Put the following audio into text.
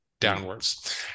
downwards